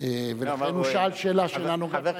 ולכן הוא שאל שאלה שאינה נוגעת בעניין,